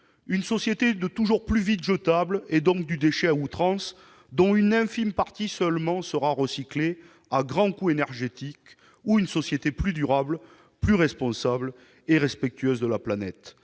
Une société du toujours plus vite jetable, donc du déchet à outrance, avec une infime partie seulement des déchets recyclés à grands coûts énergétiques, ou une société plus durable, plus responsable et respectueuse de la planète